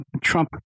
Trump